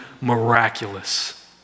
miraculous